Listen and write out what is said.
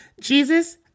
Jesus